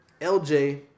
LJ